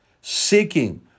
Seeking